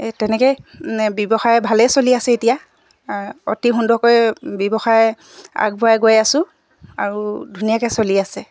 এই তেনেকৈয়ে ব্যৱসায় ভালেই চলি আছে এতিয়া অতি সুন্দৰকৈ ব্যৱসায় আগবঢ়াই গৈ আছো আৰু ধুনীয়াকৈ চলি আছে